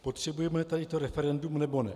Potřebujeme tady to referendum, nebo ne?